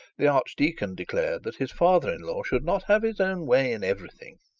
the archdeacon declared that his father-in-law should not have his own way in everything,